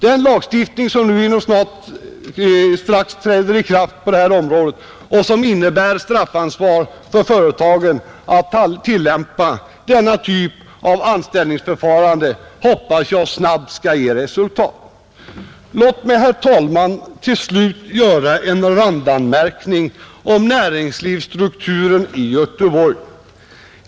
Den lagstiftning som snart träder i kraft på detta område och som innebär straffansvar för företagen att tillämpa denna typ av anställningsförfarande hoppas jag snabbt skall ge resultat. Till slut, herr talman, vill jag göra en randanmärkning om näringslivsstrukturen i Göteborg.